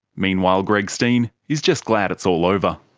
meanwhile, greg steen is just glad it's all over.